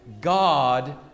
God